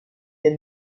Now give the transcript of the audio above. del